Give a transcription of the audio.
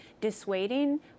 dissuading